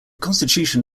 constitution